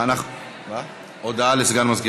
מה עוד נדרש, למען השם?